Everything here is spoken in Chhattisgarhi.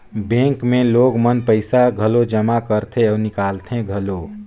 बेंक मे लोग मन पइसा घलो जमा करथे अउ निकालथें घलो